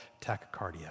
tachycardia